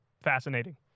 fascinating